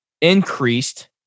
increased